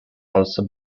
also